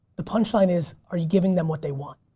the punchline is, are you giving them what they want,